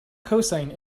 cosine